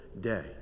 day